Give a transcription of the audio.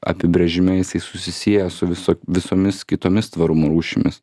apibrėžime jisai susisieja su viso visomis kitomis tvarumo rūšimis